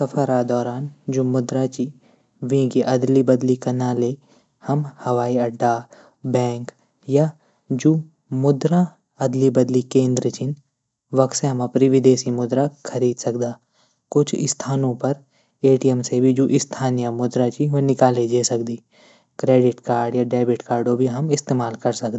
सफर दौरान जू मुद्रा च वींकी अदला बदली कनाले हम हवाई अड्डा बैंक या जू मुद्रा अदली बदली केन्द्र छिन वख से हम अपडी विदेशी मुद्रा खरीद सकदा कुछ स्थानों पर एटीएम से भी जू स्थानीय मुद्रा च ऊ निकाली जै सकदी। क्रेडिट कार्ड या डेबिट कार्ड भी हम इस्तेमाल कै सकदा।